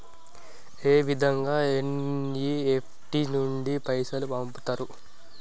ఏ విధంగా ఎన్.ఇ.ఎఫ్.టి నుండి పైసలు పంపుతరు?